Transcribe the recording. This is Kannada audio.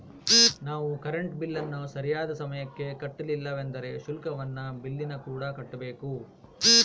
ನಾವು ಕರೆಂಟ್ ಬಿಲ್ಲನ್ನು ಸರಿಯಾದ ಸಮಯಕ್ಕೆ ಕಟ್ಟಲಿಲ್ಲವೆಂದರೆ ಶುಲ್ಕವನ್ನು ಬಿಲ್ಲಿನಕೂಡ ಕಟ್ಟಬೇಕು